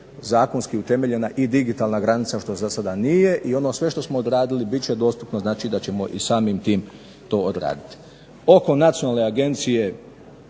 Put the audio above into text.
zakonski utemeljena i digitalna granica što zasada nije. I ono sve što smo odradili bit će dostupno, znači da ćemo i samim tim to odraditi. Oko Nacionalne agencije